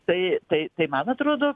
tai tai tai man atrodo